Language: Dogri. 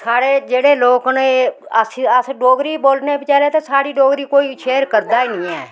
साढ़े जेह्ड़े लोक न एह् अस अस डोगरी बोलने बेचारे ते साढ़ी डोगरी कोई शेयर करदा नी ऐ